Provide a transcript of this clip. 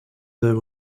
there